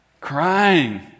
Crying